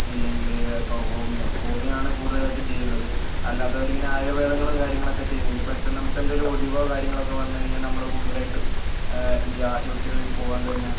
ഇല്ലെങ്കിൽ ഇപ്പോൾ homeo homeo ആണ് കൂടുതലായും ചെയ്യുന്നത് അല്ലാത്തവർ ഇങ്ങനെ ആയുർവേദങ്ങളും കാര്യങ്ങളൊക്കെ ചെയ്യുന്നുണ്ട് ഇപ്പോൾ ഇപ്പം നമുക്ക് എന്തെങ്കിലും ഒടിവോ കാര്യങ്ങളോ ഒക്കെ വന്നു കഴിഞ്ഞാൽ നമ്മൾ കൂടുതലായിട്ടും ഈ ആശുപത്രികളിൽ പോകാണ്ട് തന്നെ